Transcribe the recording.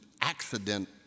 accident